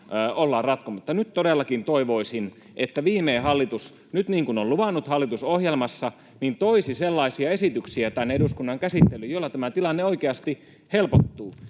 ollaan ratkomatta. Nyt todellakin toivoisin, että viimein hallitus, niin kuin on luvannut hallitusohjelmassa, toisi tänne eduskunnan käsittelyyn sellaisia esityksiä, joilla tämä tilanne oikeasti helpottuu.